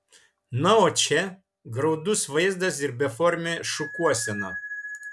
na o čia graudus vaizdas ir beformė šukuosena